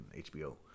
HBO